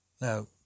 now